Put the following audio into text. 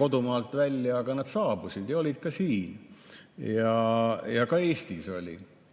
kodumaalt välja, aga nad saabusid ja olid ka siin. Ka Eestis oli